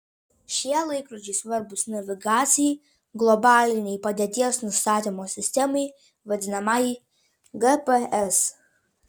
šie laikrodžiai svarbūs navigacijai globalinei padėties nustatymo sistemai vadinamajai gps